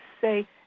say